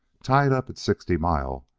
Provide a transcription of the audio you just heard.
tied up at sixty mile,